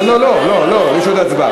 לא, לא, לא, יש עוד הצבעה.